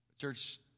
Church